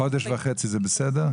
חודש וחצי זה בסדר?